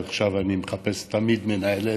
עכשיו אני מחפש תמיד מנהלת,